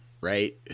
right